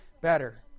better